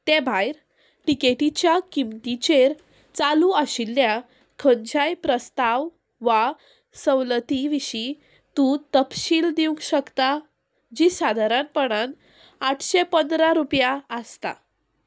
ते भायर टिकेटीच्या किमतीचेर चालू आशिल्ल्या खंयच्याय प्रस्ताव वा सवलती विशीं तूं तपशील दिवंक शकता जी सादारणपणान आठशे पंदरा रुपया आसता